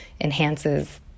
enhances